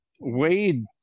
Wade